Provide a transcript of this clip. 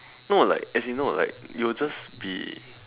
no like as in no like you will just be